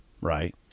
right